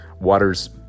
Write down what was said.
waters